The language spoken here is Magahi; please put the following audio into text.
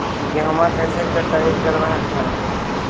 गेहुमा कैसे कटाई करब हखिन?